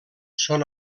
són